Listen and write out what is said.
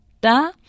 Da